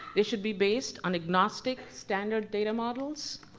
they should be based on agnostic, standard data models,